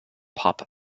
pop